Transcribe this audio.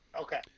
okay